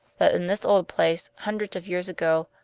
that in this old place, hundreds of years ago,